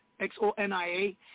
X-O-N-I-A